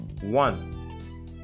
One